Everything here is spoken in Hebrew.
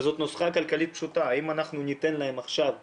וזאת נוסחה כלכלית פשוטה אם אנחנו ניתן להם עכשיו לקרוס,